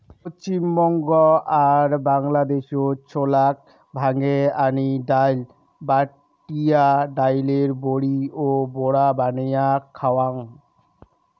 পশ্চিমবঙ্গ আর বাংলাদ্যাশত ছোলাক ভাঙে আনি ডাইল, বাটিয়া ডাইলের বড়ি ও বড়া বানেয়া খাওয়াং